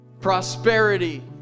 prosperity